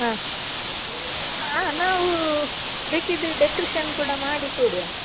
ಹಾಂ ನಾವೂ ಬೇಕಿದ್ರೆ ಡೆಕೋರೇಷನ್ ಕೂಡ ಮಾಡಿ ಕೊಡುವ